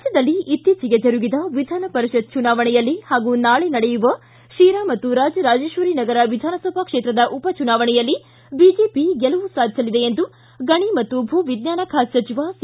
ರಾಜ್ಞದಲ್ಲಿ ಇತ್ತೀಚೆಗೆ ಜರುಗಿದ ವಿಧಾನಪರಿಷತ್ ಚುನಾವಣೆಯಲ್ಲಿ ಮತ್ತು ನಾಳೆ ನಡೆಯುವ ಶಿರಾ ಮತ್ತು ರಾಜರಾಜೇಶ್ವರಿ ನಗರ ವಿಧಾನಸಭಾ ಕ್ಷೇತ್ರದ ಉಪಚುನಾವಣೆಯಲ್ಲಿ ಬಿಜೆಪಿ ಗೆಲುವು ಸಾಧಿಸಲಿದೆ ಎಂದು ಗಣಿ ಮತ್ತು ಭೂ ವಿಜ್ಞಾನ ಖಾತೆ ಸಚಿವ ಸಿ